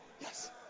Yes